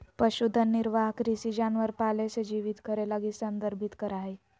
पशुधन निर्वाह कृषि जानवर पाले से जीवित करे लगी संदर्भित करा हइ